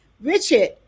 Richard